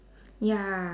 ya